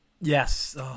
Yes